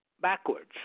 backwards